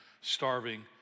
starving